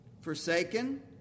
forsaken